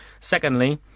Secondly